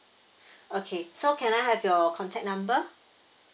okay so can I have your contact number